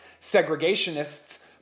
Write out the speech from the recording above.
segregationists